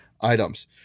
items